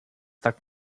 tak